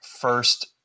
first